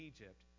Egypt